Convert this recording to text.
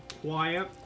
quiet